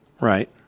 Right